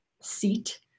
seat